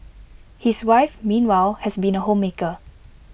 his wife meanwhile has been A homemaker